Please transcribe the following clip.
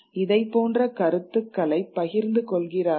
இதே போன்ற கருத்துக்களைப் பகிர்ந்து கொள்கிறார்கள்